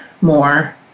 more